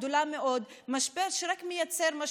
גדולה מאוד, זה משבר שרק מייצר משברים.